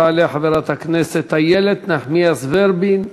תעלה חברת הכנסת איילת נחמיאס ורבין,